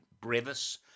brevis